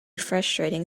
frustrating